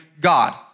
God